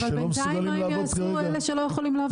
מה יעשו בינתיים אלה שלא יכולים לעבוד?